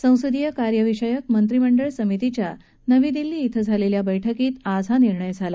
संसदीय कार्य विषयक मंत्रिमंडळ समितीच्या नवी दिल्ली इथं झालेल्या बैठकीत आज हा निर्णय घेण्यात आला